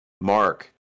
Mark